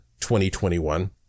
2021